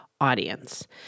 audience